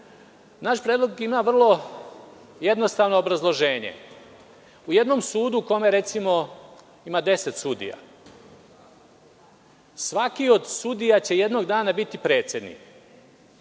Naš predlog ima vrlo jednostavno obrazloženje.U jednom sudu u kome, recimo, ima 10 sudija, svaki od sudija će jednog dana biti predsednik.